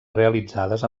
realitzades